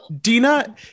Dina